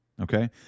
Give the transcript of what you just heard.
Okay